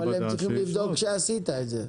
אבל הם צריכים לבדוק שעשית את זה.